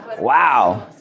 Wow